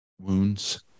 wounds